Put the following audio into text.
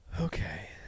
okay